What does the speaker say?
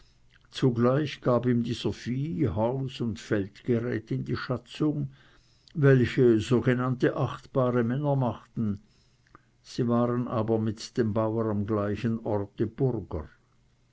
zugleich gab ihm dieser vieh haus und feldgerät in die schatzung welche sogenannte achtbare männer machten aber sie waren mit dem bauer am gleichen orte burger